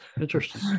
Interesting